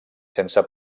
sense